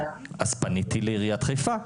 אז פניתי לעיריית חיפה.